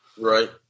Right